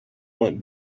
went